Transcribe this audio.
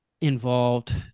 involved